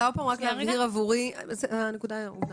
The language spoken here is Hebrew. הנקודה הובנה.